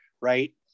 right